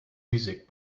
music